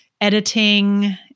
editing